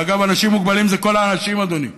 ואגב, אנשים מוגבלים זה כל האנשים, אדוני.